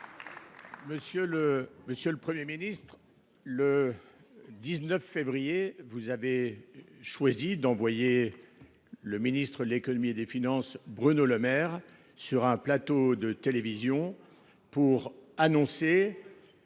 Monsieur le Premier ministre, le 19 février dernier, vous avez choisi d’envoyer le ministre de l’économie et des finances, M. Bruno Le Maire, sur un plateau de télévision pour annoncer